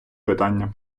питання